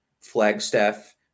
Flagstaff